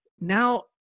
now